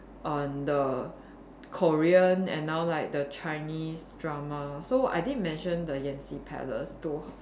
uh the Korean and now like the Chinese drama so I did mention the Yanxi palace to